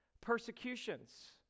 persecutions